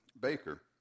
baker